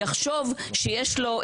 יחשוב שיש לו,